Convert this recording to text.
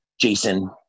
Jason